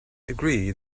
agree